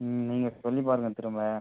ம் நீங்கள் சொல்லிப்பாருங்கள் திரும்ப